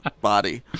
body